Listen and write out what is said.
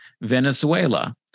venezuela